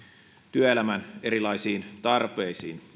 työelämän erilaisiin tarpeisiin